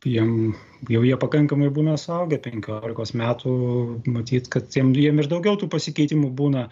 jiem jau jie pakankamai būna suaugę penkiolikos metų matyt kad jiem jiem ir daugiau tų pasikeitimų būna